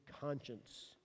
conscience